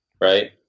right